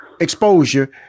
exposure